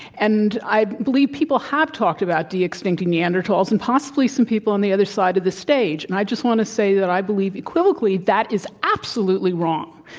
and i believe people have talked about de-extincting neanderthals, and possibly some people on the other side of the stage, and i just want to say that i believe equivocally that is absolutely wrong.